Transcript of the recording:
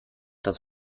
das